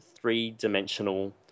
three-dimensional